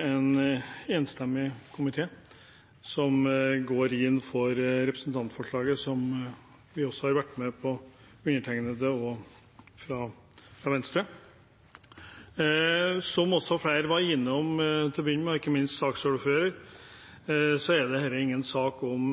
en enstemmig komité som går inn for representantforslaget, som også vi i Venstre og undertegnede har vært med på. Som også flere var innom til å begynne med – ikke minst saksordføreren – så er ikke dette en sak om